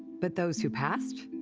but those who passed?